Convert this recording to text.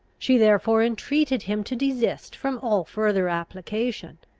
she therefore entreated him to desist from all further application.